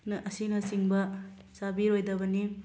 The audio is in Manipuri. ꯅ ꯑꯁꯤꯅ ꯆꯤꯡꯕ ꯆꯥꯕꯤꯔꯣꯏꯗꯕꯅꯤ